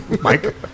Mike